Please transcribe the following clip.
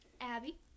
Abby